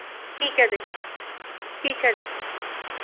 ਠੀਕ ਹੈ ਜੀ ਠੀਕ ਹੈ